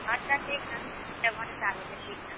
अच्छा ठीक छै हम एबौ ने चारि बजे ठीक छै